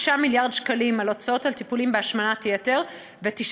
6 מיליארד שקלים על הטיפולים בהשמנת יתר ו-9